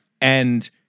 And-